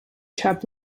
chapped